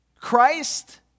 Christ